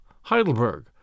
Heidelberg